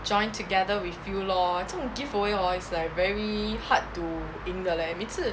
joined together with you lor 这种 gift away hor it's like very hard to 赢的 leh 每次